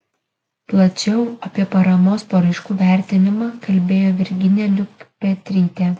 plačiau apie paramos paraiškų vertinimą kalbėjo virginija liukpetrytė